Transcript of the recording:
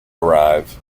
arrive